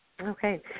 Okay